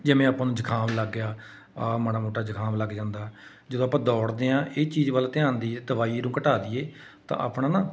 ਜਿਵੇਂ ਆਪਾਂ ਨੂੰ ਜੁਕਾਮ ਲੱਗ ਗਿਆ ਹਾਂ ਮਾੜਾ ਮੋਟਾ ਜੁਕਾਮ ਲੱਗ ਜਾਂਦਾ ਜਦੋਂ ਆਪਾਂ ਦੌੜਦੇ ਹਾਂ ਇਹ ਚੀਜ਼ ਵੱਲ ਧਿਆਨ ਦੇਈਏ ਦਵਾਈ ਨੂੰ ਘਟਾ ਦੇਈਏ ਤਾਂ ਆਪਣਾ ਨਾ